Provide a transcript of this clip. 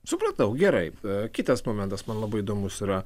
supratau gerai kitas momentas man labai įdomus yra